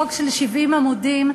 חוק של 70 עמודים.